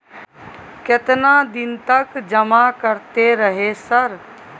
केतना दिन तक जमा करते रहे सर?